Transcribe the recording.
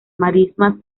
marismas